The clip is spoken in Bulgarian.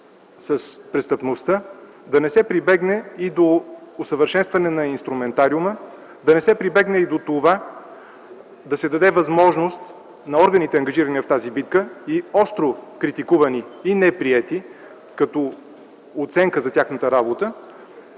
с престъпността да не се прибегне и до усъвършенстване на инструментариума, да не се прибегне и до това да се даде възможност на органите, ангажирани в тази битка и остро критикувани и неприети като оценка за тяхната работа,